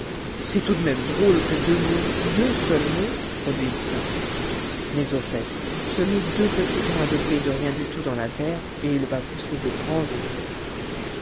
c'est tout de même drôle que deux mots deux seuls mots produisent ça mais au fait semez deux petits grains de blé de rien du tout dans la terre et il va pousser de grands épis